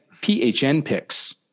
PHNPicks